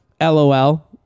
LOL